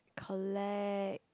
collect